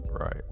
right